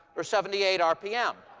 or seventy eight rpm.